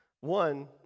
One